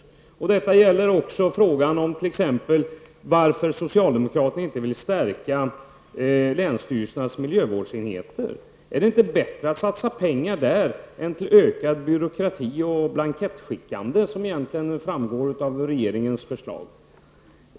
Detta gäller också frågan varför socialdemokraterna inte vill stärka länsstyrelsernas miljövårdsenheter. Är det inte bättre att satsa pengarna där än till ökad byråkrati och blankettskickande enligt regeringens förslag?